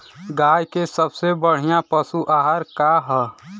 गाय के सबसे बढ़िया पशु आहार का ह?